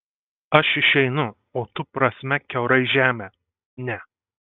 aš išeinu o tu prasmek kiaurai žemę ne